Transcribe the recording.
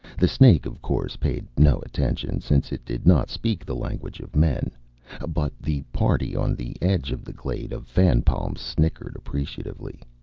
the snake, of course, paid no attention, since it did not speak the language of men but the party on the edge of the glade of fan-palms snickered appreciatively.